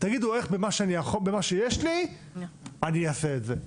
תגידו 'איך במה שיש לי אני אעשה את זה'.